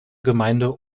gemeinde